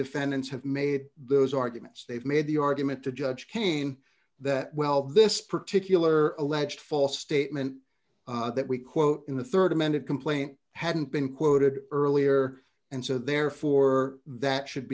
defendants have made those arguments they've made the argument to judge can that well this particular alleged false statement that we quote in the rd amended complaint hadn't been quoted earlier and so therefore that should